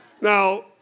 Now